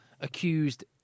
accused